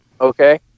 okay